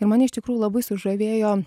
ir mane iš tikrųjų labai sužavėjo